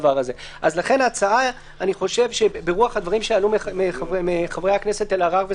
לכן אני חושב שברוח הדברים שעלו מחברי הכנסת אלהרר וסגלוביץ,